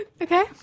Okay